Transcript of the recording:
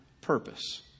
purpose